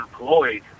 employed